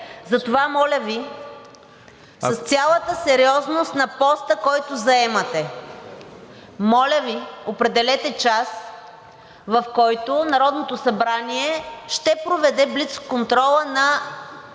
Затова моля Ви с цялата сериозност на поста, който заемате – моля Ви! – определете час, в който Народното събрание ще проведе блицконтрола на